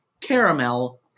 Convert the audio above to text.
Caramel